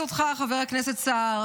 ונזכה לקבל את השנה החדשה,